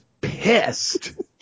pissed